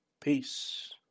peace